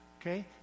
okay